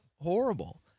horrible